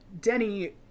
Denny